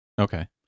Okay